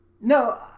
No